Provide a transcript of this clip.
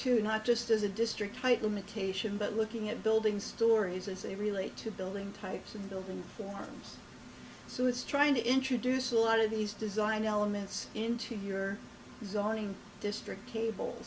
to not just as a district type limitation but looking at building stories as they relate to building types and building forms so it's trying to introduce a lot of these design elements into your zoning district cable